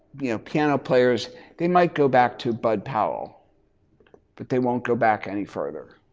you know piano players they might go back to bud powell but they won't go back any further.